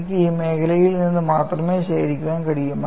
എനിക്ക് ഈ മേഖലയിൽ നിന്ന് മാത്രമേ ശേഖരിക്കാൻ കഴിയൂ